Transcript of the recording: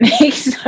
makes